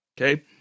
Okay